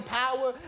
power